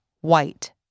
white